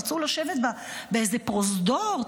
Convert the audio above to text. רצו לשבת באיזה פרוזדור,